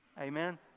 Amen